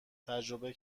تجربه